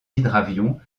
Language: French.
hydravions